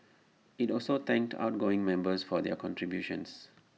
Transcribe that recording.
IT also thanked outgoing members for their contributions